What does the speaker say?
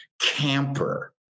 camper